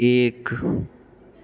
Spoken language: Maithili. एक